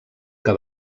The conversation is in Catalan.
que